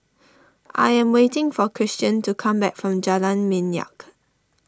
I am waiting for Christian to come back from Jalan Minyak